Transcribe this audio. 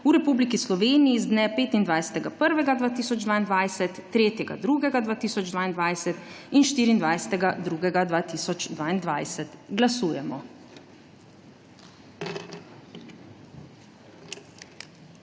v Republiki Sloveniji z dne 25. 1. 2022, 3. 2. 2022 in 24. 2. 2022. Glasujemo.